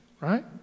right